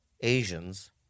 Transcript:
Asians